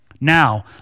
Now